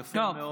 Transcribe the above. יפה מאוד.